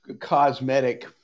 cosmetic